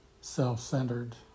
self-centered